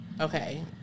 Okay